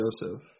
Joseph